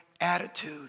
attitude